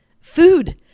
Food